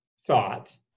thought